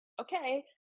okay